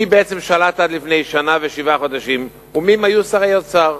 מי בעצם שלט עד לפני שנה ושבעה חודשים ומי היה שר האוצר.